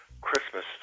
Christmas